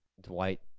Dwight